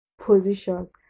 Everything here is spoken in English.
positions